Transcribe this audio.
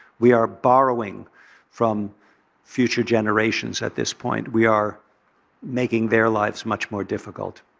we are borrowing from future generations at this point. we are making their lives much more difficult.